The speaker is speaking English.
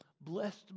blessed